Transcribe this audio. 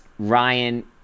Ryan